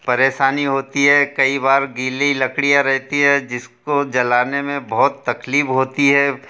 परेशानी होती है कई बार गीली लकड़ियाँ रहती हैं जिसको जलाने में बहुत तकलीफ़ होती है